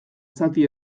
zati